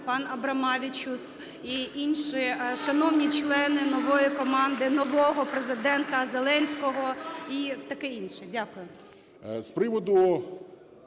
пан Абромавичус і інші шановні члени нової команди нового Президента Зеленського і таке інше? Дякую.